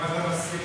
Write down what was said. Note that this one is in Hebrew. אם אתה מסכים,